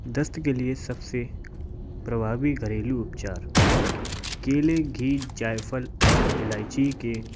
दस्त के लिए सब से प्रभावी घरेलू उपचार केले घी जायफ़ल और इलाईची के